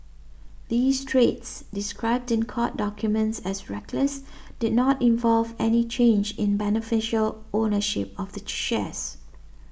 these trades described in court documents as reckless did not involve any change in beneficial ownership of the shares